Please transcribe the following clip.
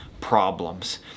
problems